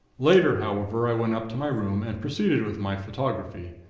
later, however, i went up to my room, and proceeded with my photography.